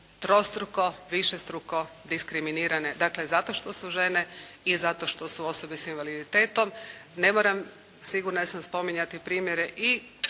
trostruko, višestruko diskriminirane, dakle zato što su žene i zato što su osobe s invaliditetom. Ne moram sigurna sam spominjati primjere i